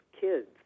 kids